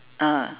ah